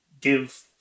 give